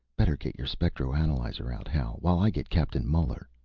better get your spectroanalyzer out, hal, while i get captain muller.